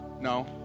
No